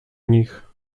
nich